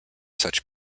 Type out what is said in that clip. such